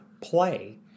play